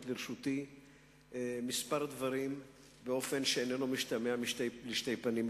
לרשותי כמה דברים באופן שאיננו משתמע לשתי פנים,